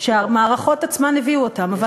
שהמערכות עצמן הביאו אותם.